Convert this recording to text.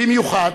במיוחד